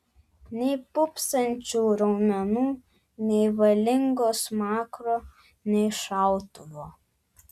nei pūpsančių raumenų nei valingo smakro nei šautuvo